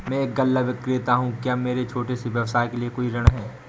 मैं एक गल्ला विक्रेता हूँ क्या मेरे छोटे से व्यवसाय के लिए कोई ऋण है?